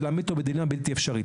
זה להעמיד אותו בעמדה בלתי אפשרית.